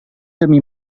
demi